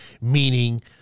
meaning